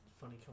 Funny